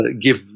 give